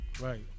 Right